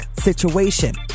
situation